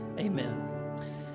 Amen